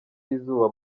y’izuba